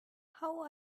how